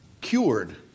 cured